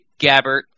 Gabbert